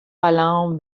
alain